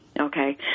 okay